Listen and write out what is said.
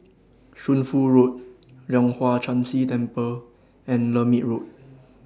Shunfu Road Leong Hwa Chan Si Temple and Lermit Road